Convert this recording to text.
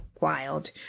wild